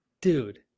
Dude